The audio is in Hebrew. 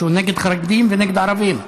שהוא נגד חרדים ונגד ערבים.